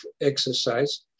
exercise